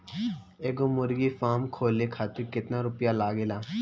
एगो मुर्गी फाम खोले खातिर केतना रुपया लागेला?